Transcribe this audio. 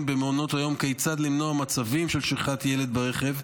ובמעונות היום כיצד למנוע מצבים של שכחת ילד ברכב.